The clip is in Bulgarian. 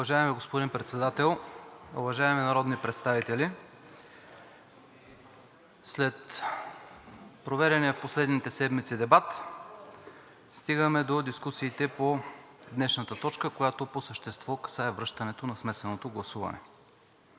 Уважаеми господин Председател, уважаеми народни представители! След проведения в последните седмици дебат стигаме до дискусиите по днешната точка, която по същество касае връщането на смесеното гласуване.